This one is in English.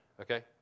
Okay